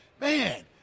man –